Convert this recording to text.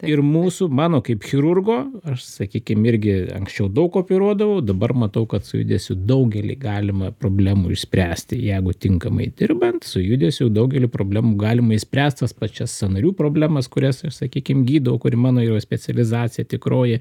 ir mūsų mano kaip chirurgo aš sakykim irgi anksčiau daug operuodavau dabar matau kad su judesiu daugelį galima problemų išspręsti jeigu tinkamai dirbant su judesiu daugelį problemų galima išspręst tas pačias sąnarių problemas kurias aš sakykim gydau kuri mano yra specializacija tikroji